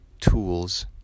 tools